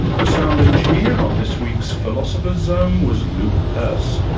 the sound engineer on this week's philosopher's zone was luke purse.